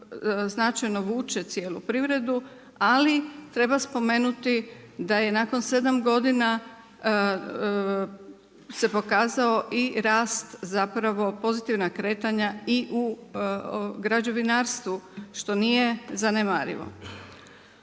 značajno vuče cijelu privredu, ali treba spomenuti da je nakon 7 godina se pokazao i rast zapravo pozitivna kretanja i u građevinarstvu što nije zanemarivo.